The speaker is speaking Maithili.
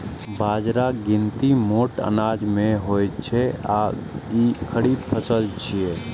बाजराक गिनती मोट अनाज मे होइ छै आ ई खरीफ फसल छियै